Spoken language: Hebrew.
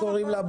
ננסה ככל הניתן.